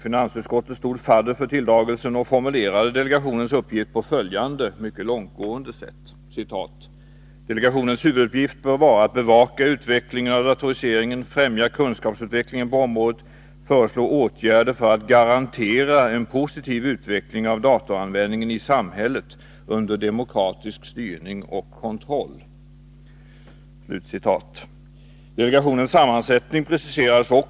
Finansutskottet stod fadder för tilldragelsen och formulerade delegationens uppgift på följande, långtgående sätt: ”Delegationens huvuduppgift bör vara att bevaka utvecklingen av datoriseringen, främja kunskapsutvecklingen på området och föreslå åtgärder för att garantera en positiv utveckling av datoranvändningen i samhället under demokratisk styrning och kontroll.” Delegationens sammansättning preciserades också.